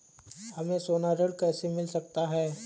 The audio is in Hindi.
हमें सोना ऋण कैसे मिल सकता है?